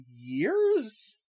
years